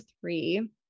three